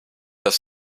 dass